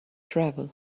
travel